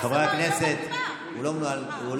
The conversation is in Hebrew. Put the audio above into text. גרוניס אמר שהיא לא מתאימה.